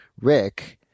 Rick